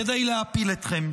נעשה הכול כדי להפיל אתכם.